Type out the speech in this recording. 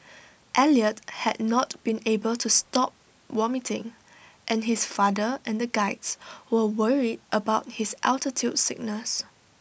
Elliot had not been able to stop vomiting and his father and the Guides were worried about his altitude sickness